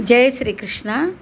Jai Shri Krishna